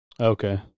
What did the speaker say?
okay